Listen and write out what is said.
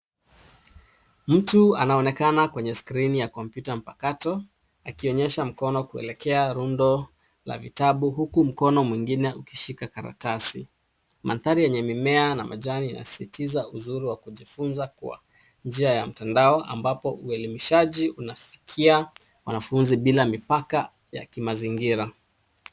Mtu anaonekana kwenye skrini ya kompyuta mpakato akionyesha mkono kuelekea rundo la vitabu huku mkono mwingine ukishika karatasi. Mandhari yenye mimea na majani unasisitiza uzuri wa kujifunza kwa njia ya mtandao ambapo uelimishaji unafikia wanafunzi bila mipaka ya kimazingira.